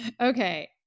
okay